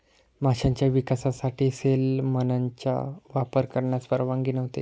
माशांच्या विकासासाठी सेलमनचा वापर करण्यास परवानगी नव्हती